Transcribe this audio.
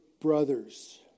brothers